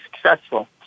successful